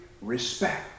respect